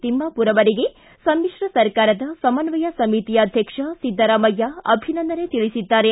ತಿಮ್ಮಾಪುರ ಅವರಿಗೆ ಸಮಿಶ್ರ ಸರ್ಕಾರದ ಸಮನ್ವಯ ಸಮಿತಿ ಅಧ್ಯಕ್ಷ ಸಿದ್ದರಾಮಯ್ಯ ಅಭಿನಂದನೆ ತಿಳಿಸಿದ್ದಾರೆ